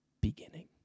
beginning